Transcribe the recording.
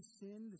sin